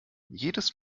jedes